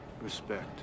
Respect